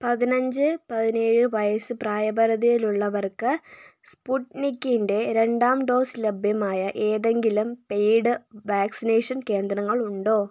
പതിനഞ്ച് പതിനേഴ് വയസ്സ് പ്രായപരിധിയിലുള്ളവർക്ക് സ്പുട്നികിൻ്റെ രണ്ടാം ഡോസ് ലഭ്യമായ ഏതെങ്കിലും പെയ്ഡ് വാക്സിനേഷൻ കേന്ദ്രങ്ങൾ ഉണ്ടോ